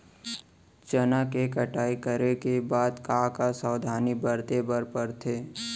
चना के कटाई करे के बाद का का सावधानी बरते बर परथे?